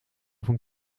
van